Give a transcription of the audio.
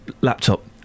laptop